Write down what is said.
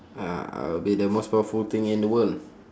uh I'll be the most powerful thing in the world